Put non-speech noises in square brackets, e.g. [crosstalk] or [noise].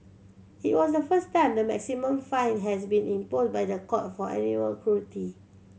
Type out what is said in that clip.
it was the first time the maximum fine has been [unintelligible] by the court for animal cruelty